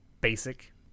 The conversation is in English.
basic